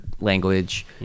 language